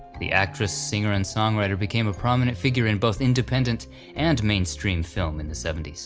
the actress, singer, and songwriter became a prominent figure in both independent and mainstream film in the seventy s.